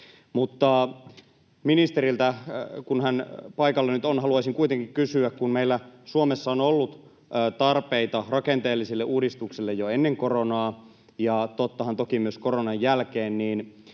Ministeriltä, kun hän paikalla nyt on, haluaisin kuitenkin kysyä: Kun meillä Suomessa on ollut tarpeita rakenteellisille uudistuksille jo ennen koronaa, ja tottahan toki myös koronan jälkeen, niin